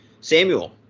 Samuel